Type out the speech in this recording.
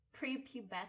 prepubescent